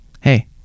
Hey